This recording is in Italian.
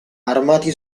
armati